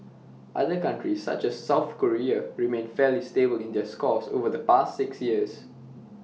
other countries such as south Korea remained fairly stable in their scores over the past six years